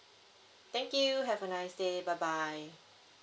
thank you have a nice day bye bye